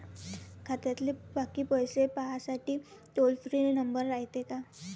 खात्यातले बाकी पैसे पाहासाठी टोल फ्री नंबर रायते का?